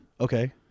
Okay